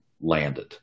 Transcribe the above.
landed